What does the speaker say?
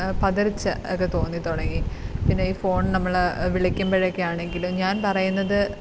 പതറിച്ച ഒക്കെ തോന്നിത്തുടങ്ങി പിന്നെ ഈ ഫോൺ നമ്മള് വിളിക്കുമ്പോഴൊക്കെ ആണെങ്കിലും ഞാൻ പറയുന്നത്